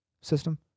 system